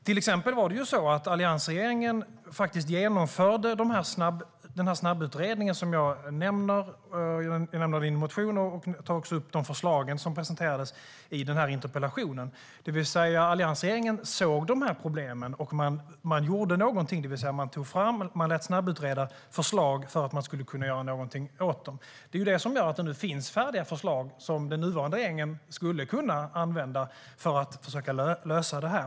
Till exempel genomförde alliansregeringen den snabbutredning som jag har nämnt i en motion, och jag har också i interpellationen tagit upp de förslag som presenterades. Alliansregeringen såg alltså de här problemen och gjorde något. Man lät snabbutreda förslag för att man skulle kunna göra något åt dem. Det är det som gör att det nu finns färdiga förslag som den nuvarande regeringen skulle kunna använda för att försöka lösa detta.